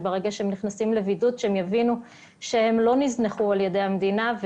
שכשהם נכנסים לבידוד שלא יבינו שהם נזנחו על ידי המדינה.